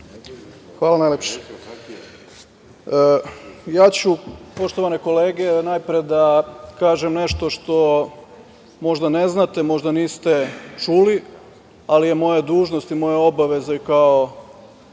Hvala najlepše. Poštovane kolege, najpre ću da kažem nešto što možda ne znate, možda niste čuli, ali je moja dužnost i moja obaveza i kao